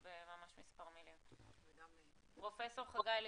ולפרסם אותו